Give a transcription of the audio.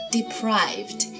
Deprived